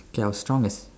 K I was strong as